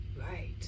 right